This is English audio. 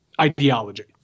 ideology